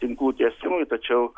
tinklų tiesimui tačiau